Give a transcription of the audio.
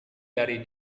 dari